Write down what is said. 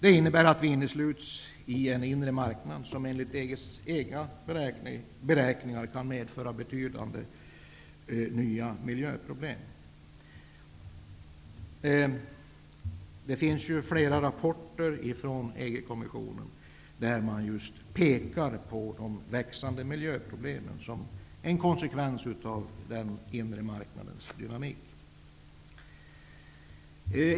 Det innebär att vi innesluts i en inre marknad som enligt EG:s egna beräkningar kan medföra betydande nya miljöproblem. Det finns flera rapporter från EG-kommissionen, där man just pekar på de växande miljöproblemen som en konsekvens av den inre marknadens dynamik.